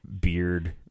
beard